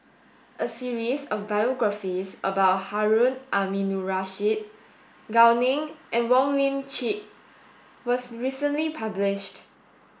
a series of biographies about Harun Aminurrashid Gao Ning and Wong Lip Chin was recently published